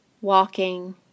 Walking